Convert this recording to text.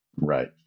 Right